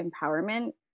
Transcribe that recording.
empowerment